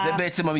זה בעצם המספר.